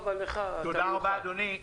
רבה, אדוני.